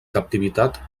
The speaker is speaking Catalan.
captivitat